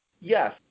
Yes